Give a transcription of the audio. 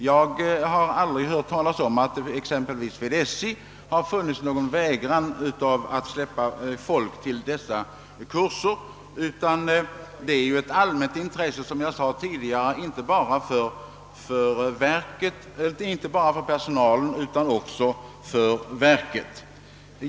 Jag har aldrig hört talas om att t.ex. SJ har vägrat att skicka personal till dessa kurser, som är av betydelse inte bara för personalen utan även för verket.